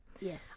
Yes